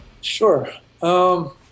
Sure